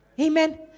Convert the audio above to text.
Amen